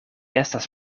estas